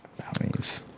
Bounties